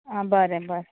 आं बरें बरें